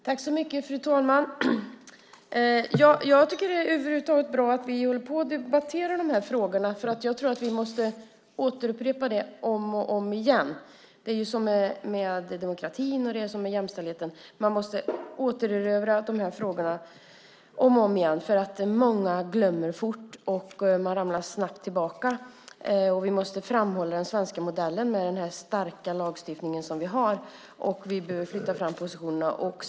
Fru talman! Jag tycker att det är bra att vi över huvud taget debatterar de här frågorna. Jag tror att vi måste upprepa dem om och om igen. Det är som med demokratin och jämställdheten. Man måste återerövra dem om och om igen. Många glömmer fort, och man ramlar snabbt tillbaka. Vi måste framhålla den svenska modellen med den starka lagstiftning som vi har, och vi behöver flytta fram positionerna.